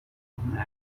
گفتمریم